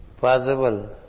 possible